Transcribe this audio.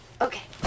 Okay